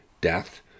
Death